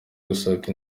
gusaka